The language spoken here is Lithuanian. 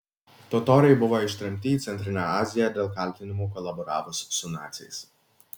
totoriai buvo ištremti į centrinę aziją dėl kaltinimų kolaboravus su naciais